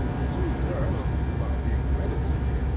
the two first, by being hereditary,